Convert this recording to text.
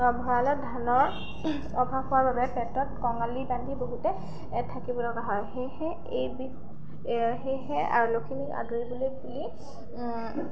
ভঁৰালত ধানৰ অভাৱ হোৱাৰ বাবে পেটত কঙালী বান্ধি বহুতে থাকিব লগা হয় সেয়েহে এই সেয়েহে লখিমীক আদৰিবলৈ বুলি